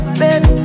baby